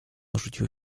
rzucił